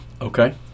Okay